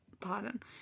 Pardon